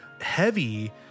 heavy